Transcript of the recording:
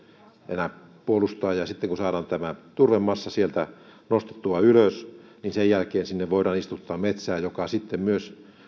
enää puolustaa sitten kun saadaan tämä turvemassa nostettua sieltä ylös sen jälkeen sinne voidaan istuttaa metsää joka sitten myös